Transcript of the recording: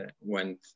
went